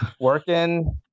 working